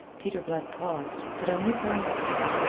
peter blood paused, but only for an instant.